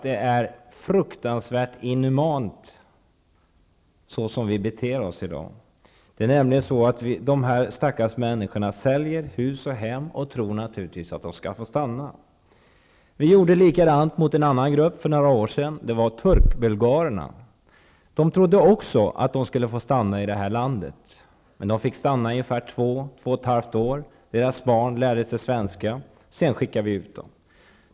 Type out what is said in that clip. Det är fruktansvärt inhumant, som vi beter oss i dag. Dessa stackars människor säljer hus och hem och tror naturligtvis att de skall få stanna. Vi gjorde likadant mot en annan grupp för några år sedan. Det var turkbulgarerna. De trodde också att de skulle få stanna i landet. De fick stanna ungefär två och ett halvt år. Deras barn lärde sig svenska. Sedan skickade vi ut dem.